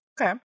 Okay